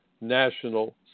national